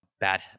bad